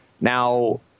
Now